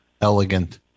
Elegant